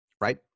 right